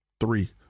three